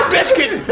Biscuit